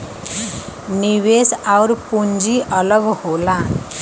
निवेश आउर पूंजी अलग होला